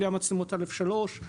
בלי מצלמות א3.